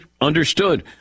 understood